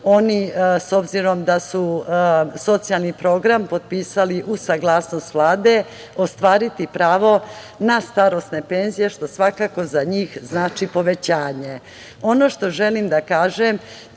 oni, obzirom da su socijalni program potpisali uz saglasnost Vlade, ostvariti pravo na starosne penzije, što svakako za njih znači povećanje. Ono što želim da kažem,